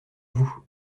vous